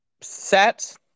set